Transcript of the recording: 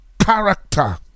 character